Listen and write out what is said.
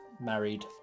married